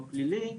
הפלילי,